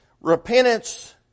repentance